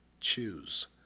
choose